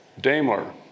Daimler